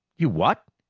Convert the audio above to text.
you what?